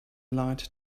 light